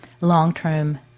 long-term